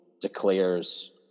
declares